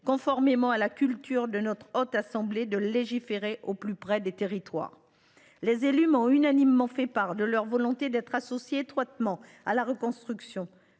conformément à la culture de notre Haute Assemblée de légiférer au plus près des territoires. Les élus m’ont unanimement fait part de leur volonté d’être associés étroitement à la reconstruction.